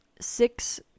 Six